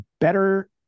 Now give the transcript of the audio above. better